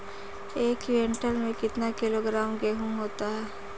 एक क्विंटल में कितना किलोग्राम गेहूँ होता है?